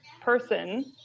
person